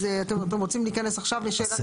אז אתם רוצים להיכנס עכשיו לשאלת הרשימות?